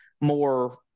more